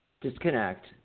Disconnect